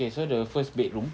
okay so the first bedroom